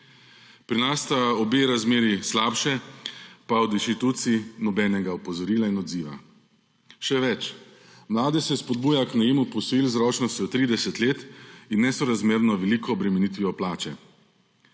Pri nas sta obe razmerji slabši, pa od inštitucij nobenega opozorila in odziva. Še več, mlade se spodbuja k najemu posojil z ročnostjo 30 let in nesorazmerno veliko bremenitvijo plače.